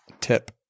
tip